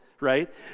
right